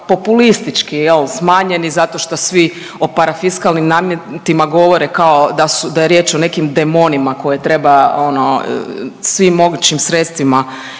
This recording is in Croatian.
populistički smanjeni zato što svi o parafiskalnim nametima govore kao da je riječ o nekim demonima koje treba ono svim mogućim sredstvima